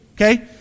okay